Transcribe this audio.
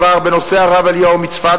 בנושא הרב אליהו מצפת.